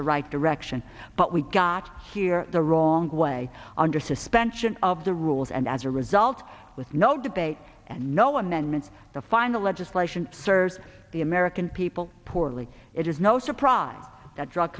the right direction but we got here the wrong way under suspension of the rules and as a result with no debate and no amendments the final legislation serves the american people poorly it is no surprise that drug